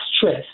stress